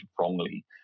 wrongly